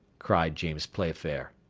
cried james playfair.